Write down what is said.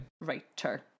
writer